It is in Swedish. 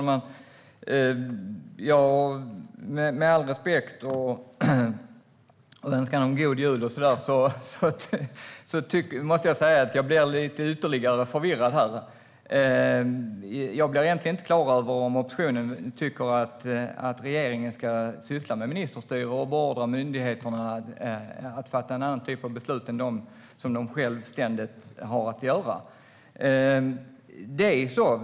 Herr talman! Med all respekt och önskan om god jul och så vidare måste jag säga att jag blir än mer förvirrad här. Jag blir inte klar över om oppositionen tycker att regeringen ska syssla med ministerstyre och beordra myndigheterna att fatta en annan typ av beslut än dem som de självständigt fattar.